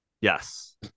Yes